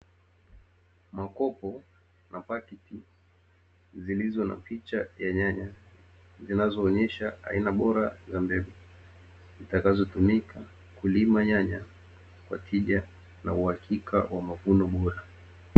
Makopo na pakiti zilizo na picha ya nyanya zinazoonyesha aina bora za mbegu, zitakazotumika kulima nyanya kwa tija na uhakika wa mavuno bora.